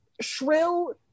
shrill